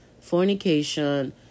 fornication